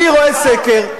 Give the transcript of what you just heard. אני רואה סקר.